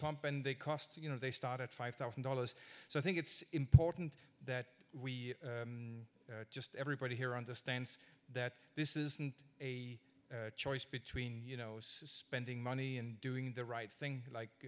pump and they cost you know they start at five thousand dollars so i think it's important that we just everybody here understands that this isn't a choice between you know spending money and doing the right thing like